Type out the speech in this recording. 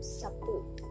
support